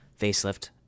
facelift